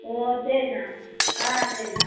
ஓ சரிணா ஆ சரிணா